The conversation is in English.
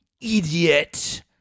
idiot